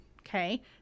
Okay